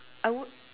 I would